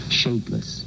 shapeless